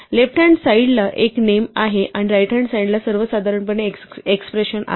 left hand साईडला एक name आहे आणि राईट हॅन्ड साईडला सर्वसाधारणपणे एक एक्स्प्रेशन आहे